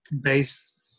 base